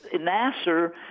Nasser